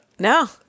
No